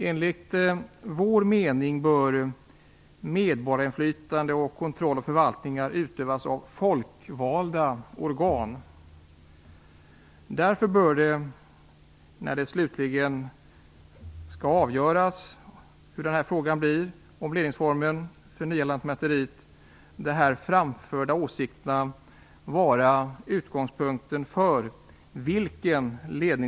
Enligt vår mening bör medborgarinflytande och kontroll av förvaltningar utövas av folkvalda organ. När frågan om vilken ledningsform som skall väljas för nya Lantmäteriet skall avgöras bör därför de här framförda åsikterna vara utgångspunkten.